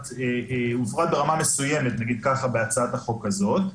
או מפורט ברמה מסוימת בהצעת החוק הזאת,